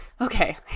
okay